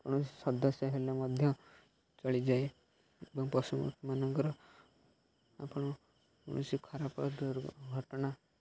କୌଣସି ସଦସ୍ୟ ହେଲେ ମଧ୍ୟ ଚଳିଯାଏ ଏବଂ ପଶୁମାନଙ୍କର ଆପଣ କୌଣସି ଖରାପ ଦୁର୍ଘଟଣା